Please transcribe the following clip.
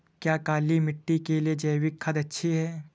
क्या काली मिट्टी के लिए जैविक खाद अच्छी है?